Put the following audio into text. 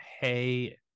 hey